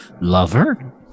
Lover